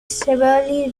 severely